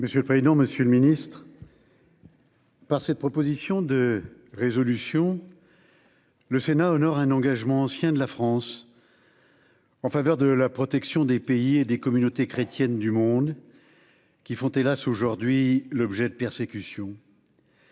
Monsieur le président, monsieur le ministre, mes chers collègues, par cette proposition de résolution, le Sénat honore un engagement ancien de la France en faveur de la protection des pays et des communautés chrétiennes du monde, qui aujourd'hui font, hélas ! l'objet de persécutions.